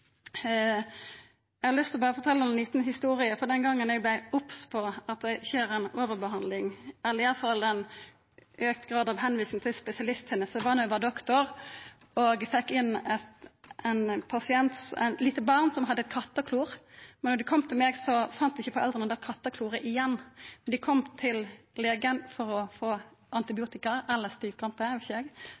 Eg har lyst til å fortelja ei lita historie frå den gongen eg vart obs på at overbehandling skjer, eller i alle fall ein auka grad av tilvising til spesialist. Det var då eg var doktor og fekk inn ein pasient, eit lite barn, som hadde eit katteklor. Då foreldra kom til meg, fann dei ikkje kattekloret igjen, men dei kom til legen for å få antiobiotika eller